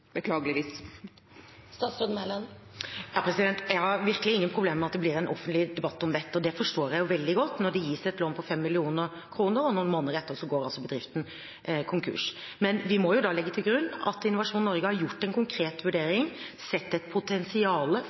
Jeg har virkelig ingen problemer med at det blir en offentlig debatt om dette, det forstår jeg veldig godt når det gis et lån på 5 mill. kr, og noen måneder etter går bedriften konkurs. Men vi må da legge til grunn at Innovasjon Norge har gjort en konkret vurdering, sett et potensial